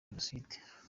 jenoside